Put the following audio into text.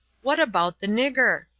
what about the nigger?